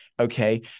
Okay